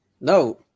No